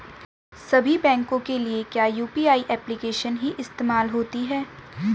सभी बैंकों के लिए क्या यू.पी.आई एप्लिकेशन ही इस्तेमाल होती है?